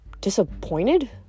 disappointed